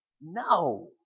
No